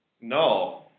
No